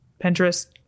Pinterest